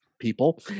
people